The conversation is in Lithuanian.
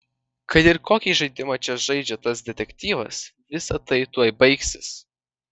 kad ir kokį žaidimą čia žaidžia tas detektyvas visa tai tuoj baigsis